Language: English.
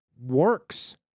works